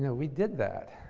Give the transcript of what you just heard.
yeah we did that.